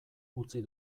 utzi